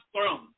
throne